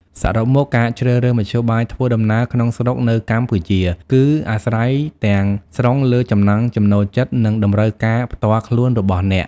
សរុបមក ការជ្រើសរើសមធ្យោបាយធ្វើដំណើរក្នុងស្រុកនៅកម្ពុជា គឺអាស្រ័យទាំងស្រុងលើ ចំណង់ចំណូលចិត្ត និង តម្រូវការផ្ទាល់ខ្លួន របស់អ្នក។